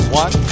one